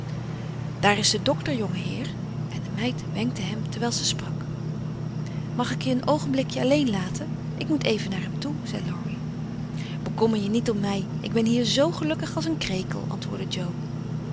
daar is de dokter jongeheer en de meid wenkte hem terwijl ze sprak mag ik je een oogenblikje alleen laten ik moet even naar hem toe zei laurie bekommer je niet om mij ik ben hier zoo gelukkig als een krekel antwoordde jo